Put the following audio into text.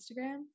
Instagram